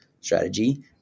strategy